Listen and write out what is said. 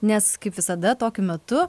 nes kaip visada tokiu metu